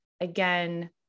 again